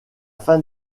fin